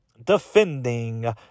Defending